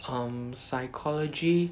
um psychology